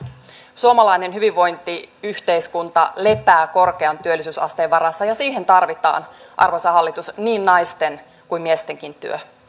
suomalainen hyvinvointiyhteiskunta lepää korkean työllisyysasteen varassa ja siihen tarvitaan arvoisa hallitus niin naisten kuin miestenkin työ